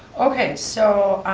okay so,